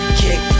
kick